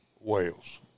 Wales